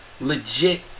legit